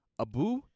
Abu